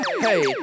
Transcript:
Hey